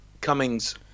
Cummings